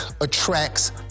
attracts